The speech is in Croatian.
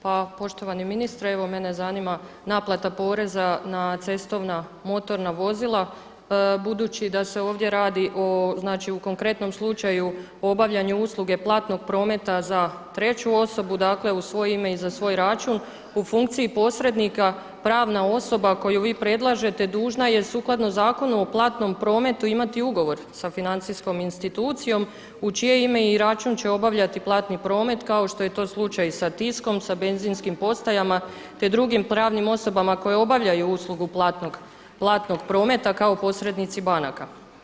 Pa poštovani ministre evo mene zanima naplata poreza na cestovna, motorna vozila budući da se ovdje radi, znači u konkretnom slučaju u obavljanju usluge platnog prometa za 3 osobu, dakle u svoje ime i za svoj račun u funkciji posrednika, pravna osoba koju vi predlažete dužna je sukladno Zakonu o platnom prometu imati ugovor sa financijskom institucijom u čije ime i račun će obavljati platni promet kao što je to slučaj i sa Tiskom, sa benzinskim postajama te drugim pravnim osobama koje obavljaju uslugu platnog prometa kao posrednici banaka.